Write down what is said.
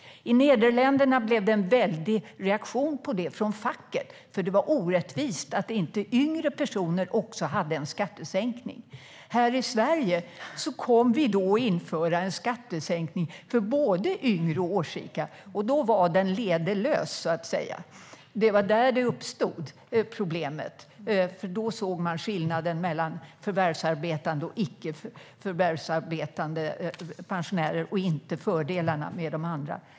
I Nederländerna blev det en väldig reaktion mot det från facket, för det var orättvist att inte yngre personer också fick en skattesänkning. Här i Sverige kom vi då att införa en skattesänkning för både yngre och årsrika, och därmed var den lede lös, så att säga. Det var där problemet uppstod, för då såg man skillnaden mellan förvärvsarbetande och icke förvärvsarbetande pensionärer. Man såg inte fördelarna med det andra.